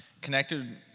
connected